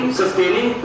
sustaining